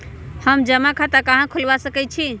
हम जमा खाता कहां खुलवा सकई छी?